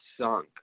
sunk